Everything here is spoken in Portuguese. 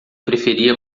preferia